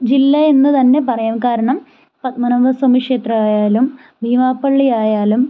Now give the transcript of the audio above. ജില്ല എന്ന് തന്നെ പറയാം കാരണം പത്മനാഭസ്വാമിക്ഷേത്രം ആയാലും ബീമാപള്ളി ആയാലും